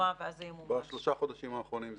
לעבור את התוכנית הזאת.